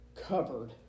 covered